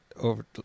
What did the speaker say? over